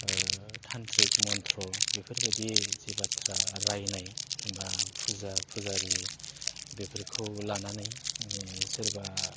थानत्रिक मन्त्र बेफोरबादि जे बाथ्रा रायनाय बा फुजा फुजारि बेफोरखौ लानानै सोरबा